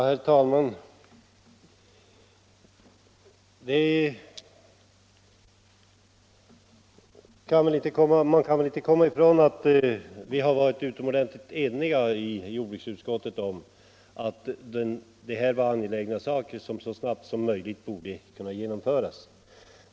Herr talman! Man kan väl inte komma ifrån att vi i jordbruksutskottet varit utomordentligt eniga om att detta är saker som så snabbt som möjligt borde genomföras.